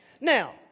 Now